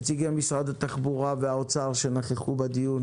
נציגי משרד התחבורה ומשרד האוצר שנכחו בדיון